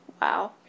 Wow